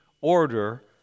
order